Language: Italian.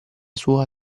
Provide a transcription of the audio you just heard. sua